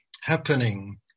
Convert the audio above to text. happening